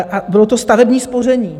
A bylo to stavební spoření.